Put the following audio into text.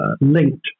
linked